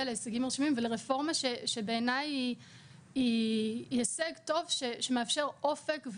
להישגים מרשימים ולרפורמה שבעיניי היא הישג טוב שמאפשר אופק.